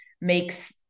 makes